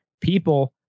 people